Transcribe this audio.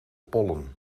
pollen